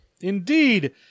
Indeed